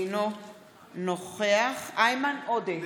אינו נוכח איימן עודה,